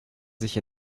sich